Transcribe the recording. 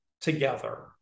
together